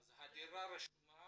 אז הדירה רשומה